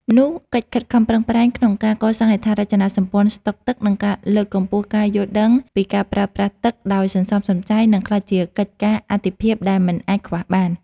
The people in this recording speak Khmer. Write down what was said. នោះកិច្ចខិតខំប្រឹងប្រែងក្នុងការកសាងហេដ្ឋារចនាសម្ព័ន្ធស្ដុកទឹក និងការលើកកម្ពស់ការយល់ដឹងពីការប្រើប្រាស់ទឹកដោយសន្សំសំចៃ នឹងក្លាយជាកិច្ចការអាទិភាពដែលមិនអាចខ្វះបាន។